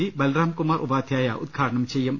G Balram Kumar Upadhyaya ഉദ്ഘാടനം ചെയ്യും